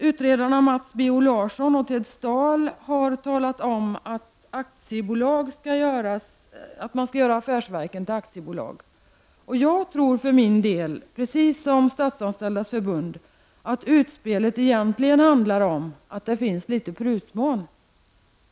Utredarna Mats B O Larsson och Ted Stahl har talat om att man skall göra affärsverken till aktiebolag. Jag tror för min del, precis som Statsanställdas förbund, att utspelet egentligen handlar om att det finns litet prutmån.